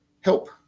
help